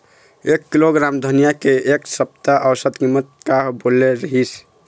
एक किलोग्राम धनिया के एक सप्ता औसत कीमत का बोले रीहिस?